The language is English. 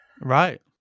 Right